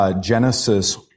Genesis